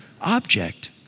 object